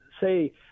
say –